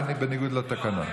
זה בניגוד לתקנון.